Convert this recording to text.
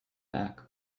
back